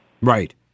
Right